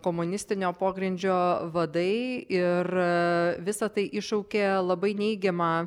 komunistinio pogrindžio vadai ir visa tai iššaukė labai neigiamą